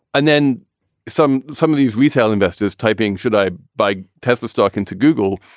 and then some some of these retail investors, taiping, should i buy tesla stock into google?